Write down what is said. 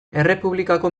errepublikako